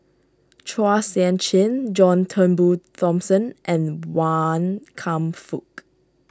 Chua Sian Chin John Turnbull Thomson and Wan Kam Fook